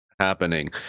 happening